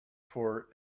for